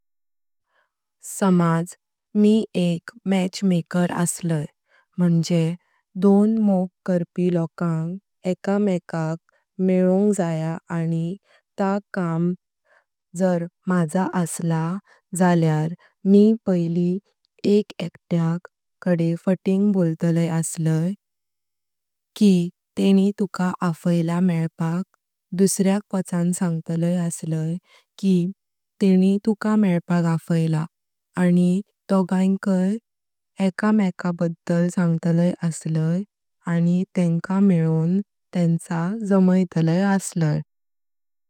समज मि एक मॅच मेकर असलाय म्हणजे दोन मोग करण्यार लोकांक एक मेकाक मेलवंग जाय आनि ता काम जर तर मजा असला जाल्यार मि पैली एक एकत्या कडे फाटिंग बोलतालाय असलाय की तेनी तुका अफायला मेलपाक दुसर्याक वचन सांगतालाय असलाय की तेनी तुका मेलपाक अफायला आनि दोगांकय एक मेका बद्दल सांगतालाय असलाय आनि तेंका मेलोन तेंचा जामायतालाय असलाय।